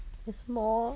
it's more